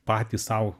patys sau